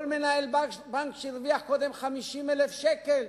כל מנהל בנק שהרוויח קודם 50,000 שקל,